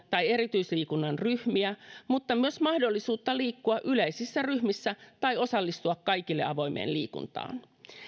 tai erityisliikunnan ryhmiä mutta myös mahdollisuutta liikkua yleisissä ryhmissä tai osallistua kaikille avoimeen liikuntaan